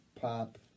pop